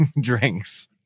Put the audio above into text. drinks